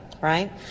right